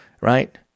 right